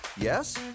Yes